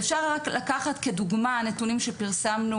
ואפשר לקחת כדוגמה נתונים שפרסמנו